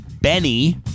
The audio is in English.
Benny